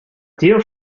dear